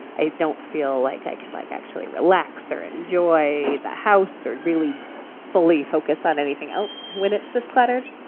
i don't feel like i can, like, actually relax or enjoy the house or really fully focus on anything else when it's this cluttered,